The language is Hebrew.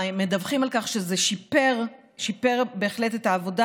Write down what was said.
ומדווחים על כך שזה שיפר את העבודה,